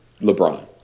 LeBron